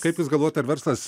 kaip jūs galvojat ar verslas